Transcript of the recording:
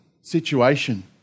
situation